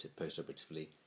postoperatively